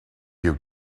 you